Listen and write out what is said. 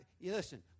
listen